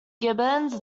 gibbons